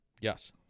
Yes